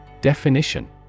Definition